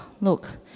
Look